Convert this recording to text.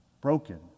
broken